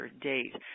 date